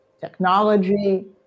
technology